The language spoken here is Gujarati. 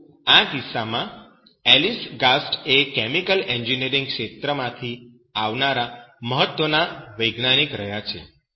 તો આ કિસ્સામાં એલિસ ગાસ્ટ એ કેમિકલ એન્જિનિયરિંગ ક્ષેત્રમાંથી આવનાર મહત્વના વૈજ્ઞાનિક રહ્યા છે